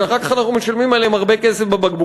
שאחר כך אנחנו משלמים עליהם הרבה כסף בבקבוקים.